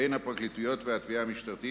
בין הפרקליטות לתביעה המשטרתית,